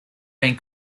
been